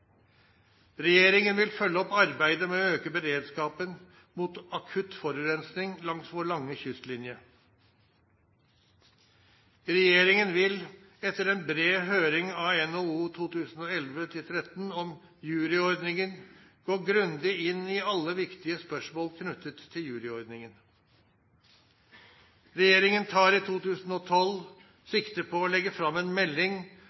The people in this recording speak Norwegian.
Regjeringen vil følge opp arbeidet med å øke beredskapen mot akutt forurensing langs vår lange kystlinje. Regjeringen vil etter en bred høring av NOU 2011:13 om juryordningen gå grundig inn i alle viktige spørsmål knyttet til juryordningen. Regjeringen tar i 2012 sikte på å legge fram en melding